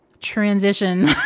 transition